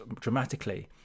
dramatically